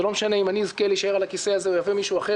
ולא משנה אם אני אזכה להישאר על הכיסא הזה או יבוא מישהו אחר.